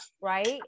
right